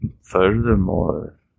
Furthermore